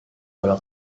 kalau